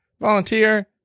volunteer